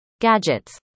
Gadgets